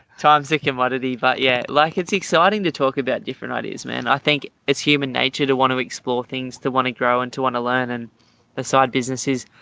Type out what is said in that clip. tom say commodity. but yeah, like it's exciting to talk about different ideas, man. i think it's human nature to want to explore things, to want to grow into wonderland and beside businesses,